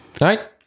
right